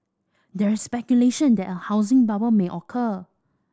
there is speculation that a housing bubble may occur